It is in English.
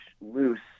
loose